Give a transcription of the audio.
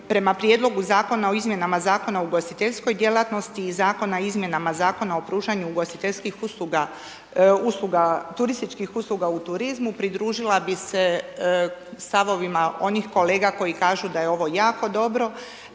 prema Prijedlogu zakona o Izmjenama zakona o ugostiteljskoj djelatnosti i Zakona o izmjenama Zakona o pružanju ugostiteljskih usluga, usluga, turističkih usluga u turizmu. Pridružila bih se stavovima onih kolega koji kažu da je ovo jako dobro,